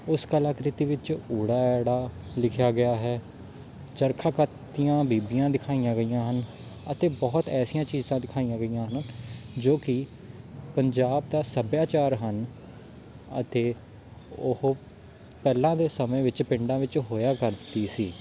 ਉਸ ਕਲਾਕ੍ਰਿਤੀ ਵਿੱਚ ਊੜਾ ਐੜਾ ਲਿਖਿਆ ਗਿਆ ਹੈ ਚਰਖਾ ਕੱਤਦੀਆਂ ਬੀਬੀਆਂ ਦਿਖਾਈਆਂ ਗਈਆਂ ਹਨ ਅਤੇ ਬਹੁਤ ਐਸੀਆਂ ਚੀਜ਼ਾਂ ਦਿਖਾਈਆਂ ਗਈਆਂ ਹਨ ਜੋ ਕਿ ਪੰਜਾਬ ਦਾ ਸੱਭਿਆਚਾਰ ਹਨ ਅਤੇ ਉਹ ਪਹਿਲਾਂ ਦੇ ਸਮੇਂ ਵਿੱਚ ਪਿੰਡਾਂ ਵਿੱਚ ਹੋਇਆ ਕਰਦੀ ਸੀ